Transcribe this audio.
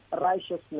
righteousness